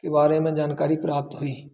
के बारे में जानकारी प्राप्त हुई